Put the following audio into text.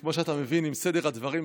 כמו שאתה מבין, עם סדר הדברים.